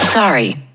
Sorry